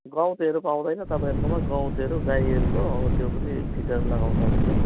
गौतहरू पाउँदैन तपाईँहरूकोमा गौतहरू गाईहरूको हो त्यो पनि फिटेर लगाउँदा हुन्छ